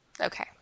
Okay